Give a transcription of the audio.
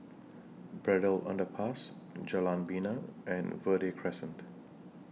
Braddell Underpass Jalan Bena and Verde Crescent